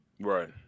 right